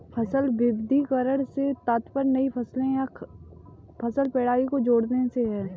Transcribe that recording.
फसल विविधीकरण से तात्पर्य नई फसलों या फसल प्रणाली को जोड़ने से है